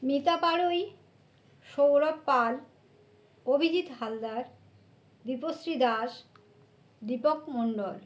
Mita Parui Sourav Pal Abhijit Haldar Dipashree Das Dipak Mondal